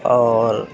اور